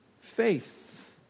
faith